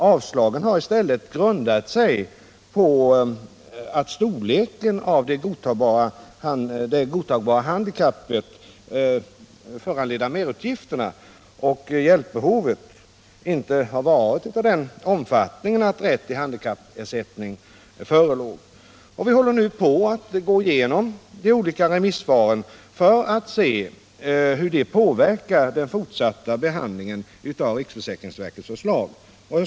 Avslagen har i stället grundats på att storleken av de av handikappet föranledda merutgifterna och hjälpbehovet inte varit av den omfattningen att rätt till handikappersättning förelegat. Vi håller nu på och går igenom remissvaren. De påverkar givetvis den fortsatta behandlingen av riksförsäkringsverkets förslag.